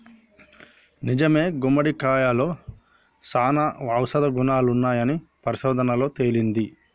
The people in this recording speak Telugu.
నిజమే గుమ్మడికాయలో సానా ఔషధ గుణాలున్నాయని పరిశోధనలలో తేలింది